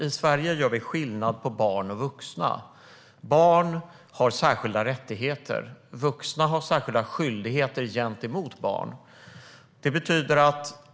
I Sverige gör vi skillnad på barn och vuxna. Barn har särskilda rättigheter. Vuxna har särskilda skyldigheter gentemot barn.